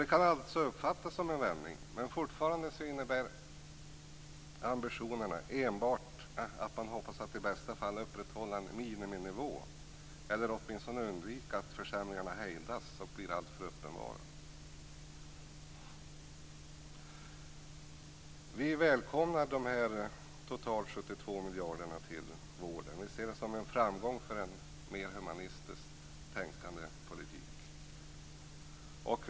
Det kan alltså uppfattas som att det har skett en vändning, men fortfarande innebär ambitionerna enbart att man hoppas att i bästa fall upprätthålla en miniminivå eller åtminstone undvika att försämringarna fortsätter och blir alltför uppenbara. Vi välkomnar de totalt 72 miljarderna till vården. Vi ser dem som en framgång för ett humanistiskt tänkande och en human politik.